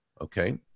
okay